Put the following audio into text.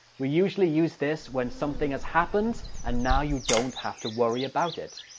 we usually use this when something has happened and now you don't have to worry about it.